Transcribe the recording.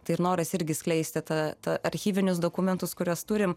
tai ir noras irgi skleisti tą tą archyvinius dokumentus kuriuos turim